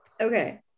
Okay